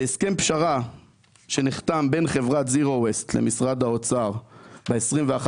בהסכם פשרה שנחתם בין חברת זירו וויסט למשרד האוצר ב-21.5.2020